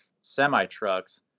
semi-trucks